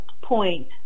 point